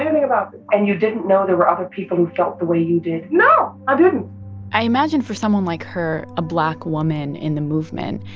anything about it and you didn't know there were other people who felt the way you did? no, i didn't i imagine for someone like her, a black woman in the movement,